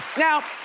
now,